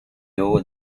you